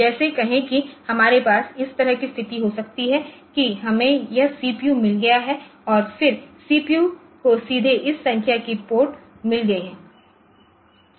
जैसे कहें कि हमारे पास इस तरह की स्थिति हो सकती है कि हमें यह सीपीयू मिल गया है और फिर सीपीयूको सीधे इस संख्या की पोर्ट मिल गया है